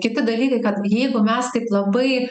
kiti dalykai kad jeigu mes taip labai